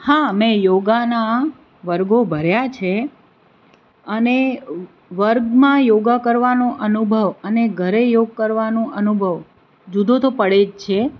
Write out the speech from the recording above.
હા મેં યોગાના વર્ગો ભર્યા છે અને વર્ગમાં યોગા કરવાનો અનુભવ અને ઘરે યોગ કરવાનો અનુભવ જુદો તો પડે જ છે